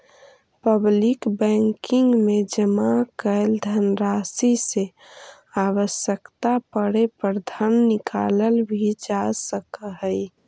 public banking में जमा कैल धनराशि से आवश्यकता पड़े पर धन निकालल भी जा सकऽ हइ